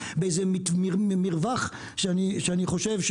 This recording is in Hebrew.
באיזה מרווח שאני חושב,